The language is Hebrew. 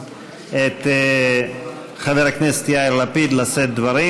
את חבר הכנסת יאיר לפיד לשאת דברים.